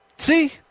See